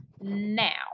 now